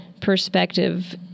perspective